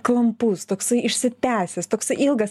klampus toksai išsitęsęs toksai ilgas